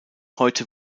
heute